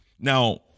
Now